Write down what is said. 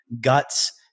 guts